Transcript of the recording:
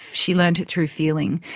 she learned it through feeling.